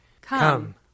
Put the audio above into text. Come